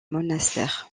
monastère